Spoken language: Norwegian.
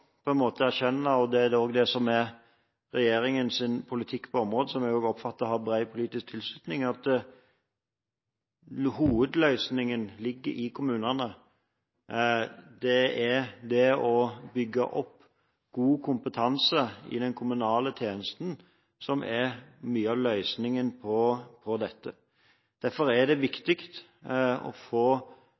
erkjenne – og det er også det som er regjeringens politikk på området, og som jeg også oppfatter har bred politisk tilslutning – at hovedløsningen ligger i kommunene. Det er det å bygge opp god kompetanse i den kommunale tjenesten som er mye av løsningen på dette. Derfor er det viktig å gi kommunene mulighet til å få